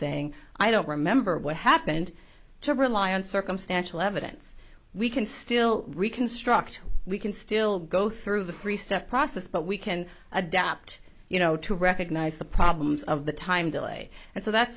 saying i don't remember what happened to rely on circumstantial evidence we can still reconstruct we can still go through the three step process but we can adapt you know to recognize the problems of the time delay and so that's